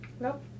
Nope